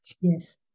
Yes